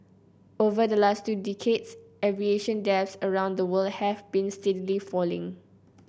over the last two decades aviation deaths around the world have been steadily falling